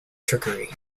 trickery